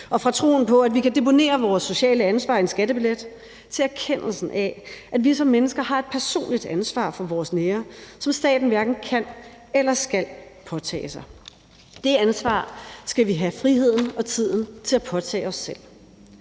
og fra troen på, at vi kan deponere vores sociale ansvar i en skattebillet, til erkendelsen af, at vi som mennesker har et personligt ansvar for vores nære, som staten hverken kan eller ellers skal påtage sig. Det ansvar skal vi have friheden og tiden til at påtage os selv.